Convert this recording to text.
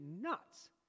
nuts